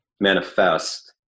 manifest